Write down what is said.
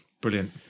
Brilliant